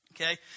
Okay